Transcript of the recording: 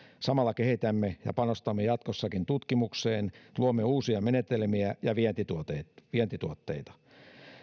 samalla kehitämme ja panostamme jatkossakin tutkimukseen luomme uusia menetelmiä ja vientituotteita